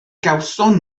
gawson